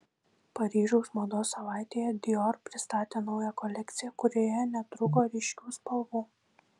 paryžiaus mados savaitėje dior pristatė naują kolekciją kurioje netrūko ryškių spalvų